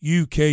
UK